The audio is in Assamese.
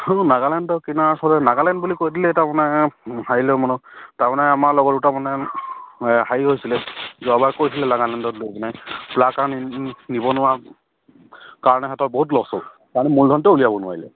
নাগালেণ্ডৰ নাগালেণ্ড বুলি কৈ দিলে তাৰমানে মানো তাৰমানে আমাৰ লগৰ দুটা মানে হেৰি হৈছিলে যোৱাবাৰ কৈছিলে নাগালেণ্ডত